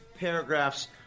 paragraphs